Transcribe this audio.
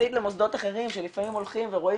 יחסית למוסדות אחרים שלפעמים הולכים ורואים